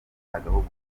agahugu